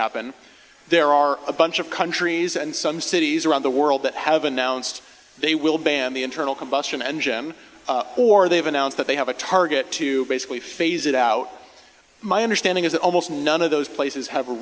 happen there are a bunch of countries and some cities around the world that have announced they will ban the internal combustion engine or they've announced that they have a target to basically phase it out my understanding is that almost none of those places have a